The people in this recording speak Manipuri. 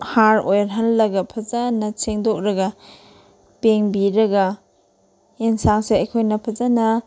ꯍꯥꯔ ꯑꯣꯏꯍꯜꯂꯒ ꯐꯖꯅ ꯁꯦꯡꯗꯣꯛꯂꯒ ꯄꯦꯡꯕꯤꯔꯒ ꯌꯦꯟꯁꯥꯡꯁꯦ ꯑꯩꯈꯣꯏꯅ ꯐꯖꯅ